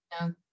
No